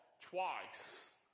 twice